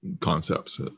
concepts